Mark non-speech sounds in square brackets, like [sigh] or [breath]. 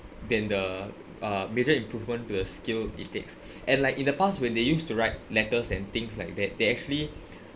than the uh major improvement to the skill it takes [breath] and like in the past when they used to write letters and things like that they actually